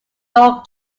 dog